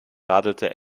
radelte